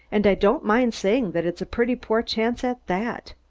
and i don't mind saying that it's a pretty poor chance at that.